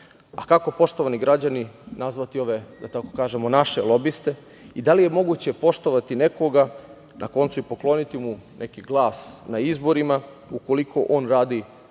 Kako, poštovani građani nazvati, da tako kažem, naše lobiste i da li je moguće poštovati nekoga, na koncu i pokloniti mu neki glas na izborima, ukoliko on radi protiv